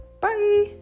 Bye